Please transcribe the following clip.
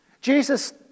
Jesus